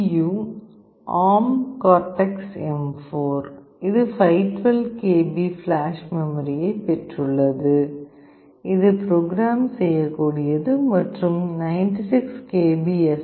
you A R M Cortex இது 512 kilobytes flash மெமரியைப் பெற்றுள்ளது இது புரோகிராம் செய்யக்கூடியது மற்றும் 96 கிலோ பைட்ஸ் எஸ்